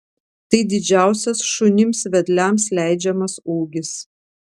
tai didžiausias šunims vedliams leidžiamas ūgis